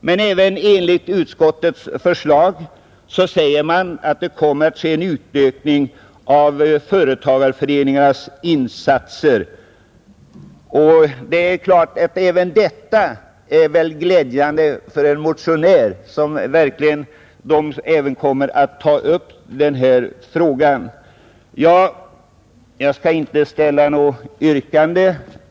Men även enligt utskottets förslag säger man att det kommer att ske en utökning av företagareföreningarnas insatser. Det är klart att det är glädjande för en motionär att man verkligen kommer att ta upp även denna fråga. Jag skall inte ställa något yrkande.